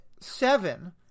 Seven